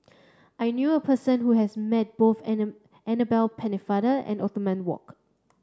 I knew a person who has met both Anna Annabel Pennefather and Othman Wok